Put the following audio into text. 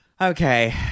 okay